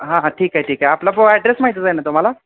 हां हां ठीक आहे ठीक आहे आपला पो ॲड्रेस माहीतच आहे ना तुम्हाला